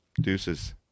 Deuces